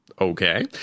Okay